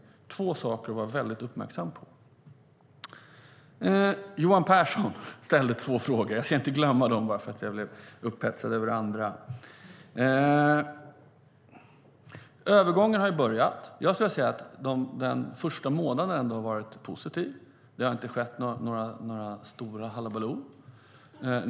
Det är två saker som vi ska vara väldigt uppmärksamma på. Johan Pehrson ställde två frågor, och jag ska inte glömma dem bara för att jag blev upphetsad över det andra. Övergången har börjat. Jag skulle vilja säga att den första månaden har varit positiv. Det har inte skett något stort halabaloo.